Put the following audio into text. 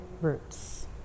roots